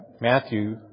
Matthew